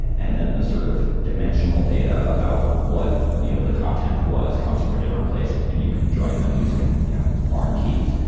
and then the sort of dimensional data about what you know the content was comes from a different place and you can join them using you know foreign keys.